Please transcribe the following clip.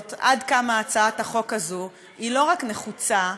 עד כמה הצעת החוק הזו היא לא רק נחוצה,